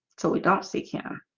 so we don't seek him